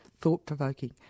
thought-provoking